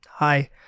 Hi